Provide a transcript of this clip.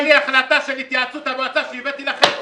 --- יש לי החלטה של התייעצות המועצה שהבאתי לכם,